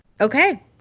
Okay